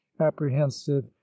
apprehensive